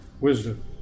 Wisdom